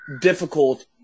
difficult